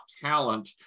talent